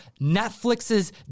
Netflix's